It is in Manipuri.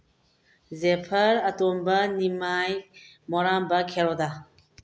ꯖꯦꯐꯔ ꯑꯇꯣꯝꯕ ꯅꯤꯝꯃꯥꯏ ꯃꯣꯔꯥꯝꯕ ꯈꯦꯔꯣꯗ